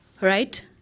right